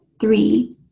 three